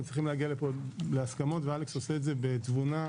ולהגיע לפה להסכמות - אלכס עושה את זה בתבונה,